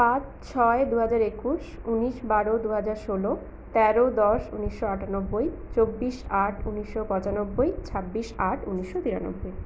পাঁচ ছয় দুহাজার একুশ উনিশ বারো দুহাজার ষোলো তেরো দশ উনিশশো আটানব্বই চব্বিশ আট উনিশশো পঁচানব্বই ছাব্বিশ আট উনিশশো বিরানব্বই